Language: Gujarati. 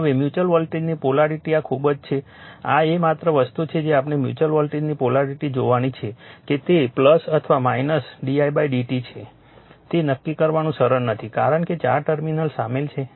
હવે મ્યુચ્યુઅલ વોલ્ટેજની પોલારિટી આ ખૂબ જ છે આ એક માત્ર વસ્તુ છે કે આપણે મ્યુચ્યુઅલ વોલ્ટેજની પોલારિટી જોવાની છે કે તે અથવા M didt છે તે નક્કી કરવું સરળ નથી કારણ કે ચાર ટર્મિનલ સામેલ છે